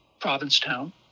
Provincetown